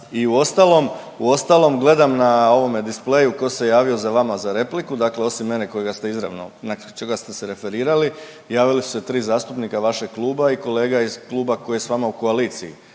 uostalom gledam na ovome displayu tko se javio za vama za repliku, dakle osim mene kojega ste izravno, na čega ste se referirali, javili su se tri zastupnika vašeg kluba i kolega iz kluba koji je s vama u koaliciji,